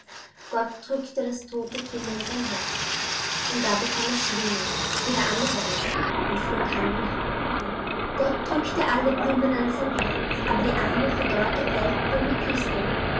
gott drückte das tote kind an sein herz und da bekam es schwingen wie der andere engel und flog hand in hand mit ihm gott drückte alle blumen an sein herz aber die arme verdorrte feldblume küßte er